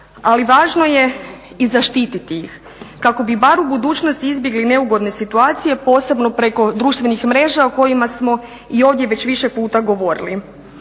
ali važno je i zaštititi ih kako bi bar u budućnosti izbjegli neugodne situacije posebno preko društvenih mreža o kojima smo i ovdje već više puta govorili.